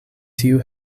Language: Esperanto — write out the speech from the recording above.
tiu